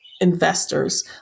investors